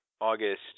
August